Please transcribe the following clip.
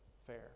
fair